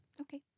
Okay